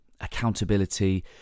accountability